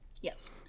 yes